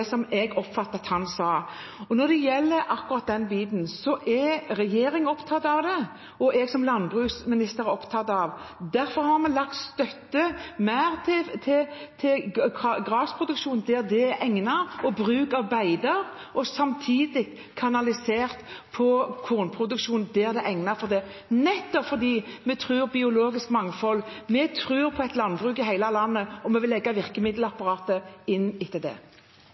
det jeg oppfattet at han sa. Akkurat den biten er regjeringen opptatt av, og jeg som landbruksminister er opptatt av det. Derfor har vi lagt inn mer støtte til grasproduksjon og bruk av beiter der det er egnet for det, og samtidig kanalisert kornproduksjonen dit det er egnet for det – nettopp fordi vi tror på biologisk mangfold. Vi tror på et landbruk i hele landet, og vi vil innrette virkemiddelapparatet etter det.